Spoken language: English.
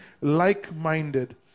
like-minded